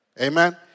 Amen